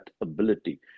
ability